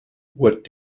what